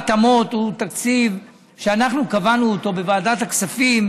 תקציב ההתאמות הוא תקציב שאנחנו קבענו בוועדת הכספים,